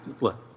look